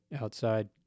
outside